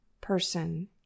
person